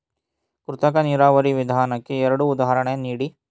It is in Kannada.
ಕೃತಕ ನೀರಾವರಿ ವಿಧಾನಕ್ಕೆ ಎರಡು ಉದಾಹರಣೆ ನೀಡಿ?